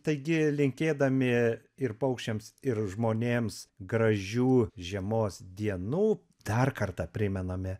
taigi linkėdami ir paukščiams ir žmonėms gražių žiemos dienų dar kartą primename